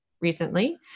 recently